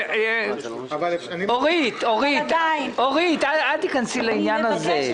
אורית, אל תיכנסי לעניין הזה.